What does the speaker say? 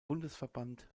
bundesverband